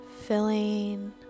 filling